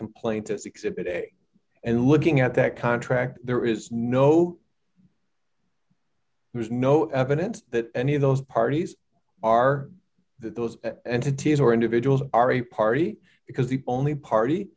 complaint is exhibit a and looking at that contract there is no there's no evidence that any of those parties are those entities or individuals are a party because the only party